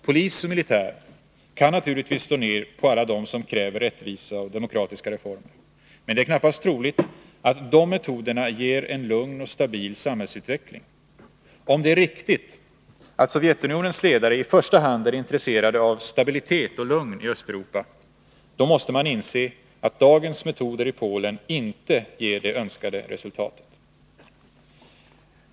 Polis och militär kan naturligtvis slå ned på alla dem som kräver rättvisa och demokratiska reformer — men det är knappast troligt att de metoderna ger en lugn och stabil samhällsutveckling. Om det är riktigt att Sovjetunionens ledare i första hand är intresserade av stabilitet och lugn i Östeuropa — då måste man inse att dagens metoder i Polen inte ger det önskade resultatet.